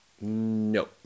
No